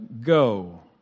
go